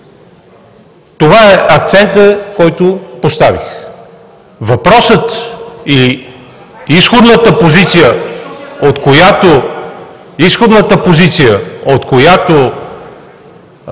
Това е акцентът, който поставих. Въпросът или изходната позиция, от която…